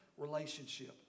relationship